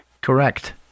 Correct